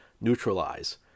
neutralize